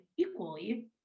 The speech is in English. equally